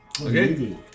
Okay